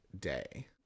Day